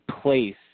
place